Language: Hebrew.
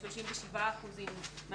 לא, אני כבר קיבלתי אותו.